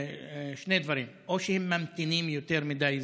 שני דברים: או שהם ממתינים יותר מדי זמן,